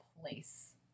place